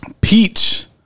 peach